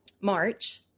March